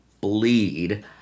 bleed